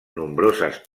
nombroses